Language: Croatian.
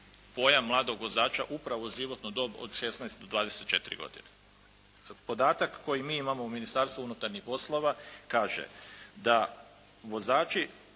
pojam mladog vozača upravo uz životnu dob od 16 do 24 godine. Podatak koji mi imamo u Ministarstvu unutarnjih poslova kaže da vozači